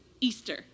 Easter